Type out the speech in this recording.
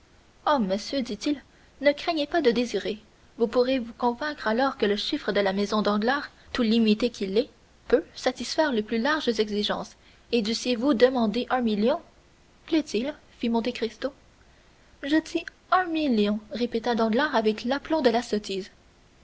oh monsieur dit-il ne craignez pas de désirer vous pourrez vous convaincre alors que le chiffre de la maison danglars tout limité qu'il est peut satisfaire les plus larges exigences et dussiez-vous demander un million plaît-il fit monte cristo je dis un million répéta danglars avec l'aplomb de la sottise